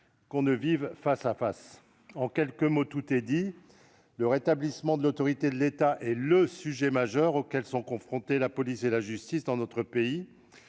qu'on ne vive face à face. » En quelques mots, tout est dit : le rétablissement de l'autorité de l'État est le sujet majeur auquel sont confrontées la police et la justice dans notre pays.